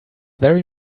very